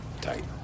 tight